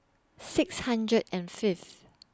six hundred and Fifth